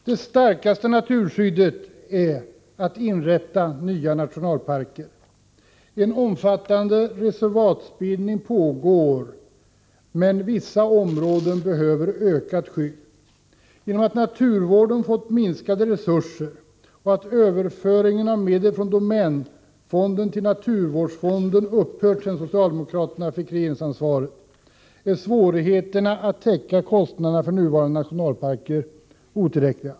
Det starkaste naturskyddet ernås när man inrättar nya nationalparker. En omfattande reservatbildning pågår, men vissa områden behöver ökat skydd. Genom att naturvården fått minskade resurser och att överföringen av medel från domänfonden till naturvårdsfonden upphört sedan socialdemokraterna fick regeringsansvaret är det svårt att täcka kostnaderna för nuvarande nationalparker.